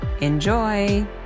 Enjoy